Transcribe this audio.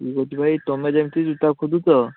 ଜ୍ୟୋତି ଭାଇ ତମେ ଯେମିତି ଜୁତା ଖୋଜୁଛ